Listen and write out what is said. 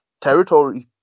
territory